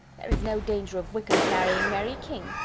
there is no danger of wickham's marrying mary king.